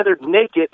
naked